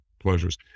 pleasures